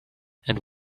and